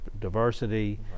diversity